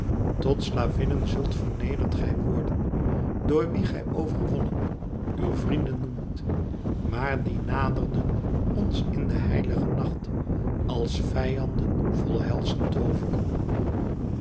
tot slavinnen zult vernederd gij worden door wie gij overwonnen uw vrienden noemt maar die naderden ons in de heilige nacht als vijanden vol helschen toover